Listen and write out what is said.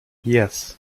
yes